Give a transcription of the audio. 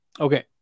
Okay